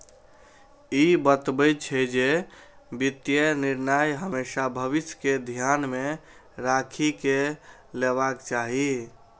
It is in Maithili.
ई बतबै छै, जे वित्तीय निर्णय हमेशा भविष्य कें ध्यान मे राखि कें लेबाक चाही